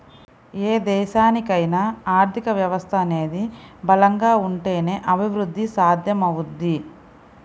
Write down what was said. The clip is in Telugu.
ఏ దేశానికైనా ఆర్థిక వ్యవస్థ అనేది బలంగా ఉంటేనే అభిరుద్ధి సాధ్యమవుద్ది